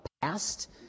past